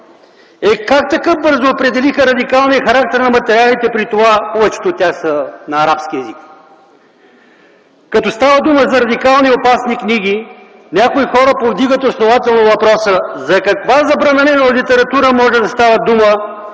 Е, как така бързо определиха радикалния характер на материалите, при това повечето от тях са на арабски език? Като става дума за радикални и опасни книги, някои хора повдигат основателно въпроса: за каква забранена литература може да става дума,